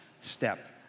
step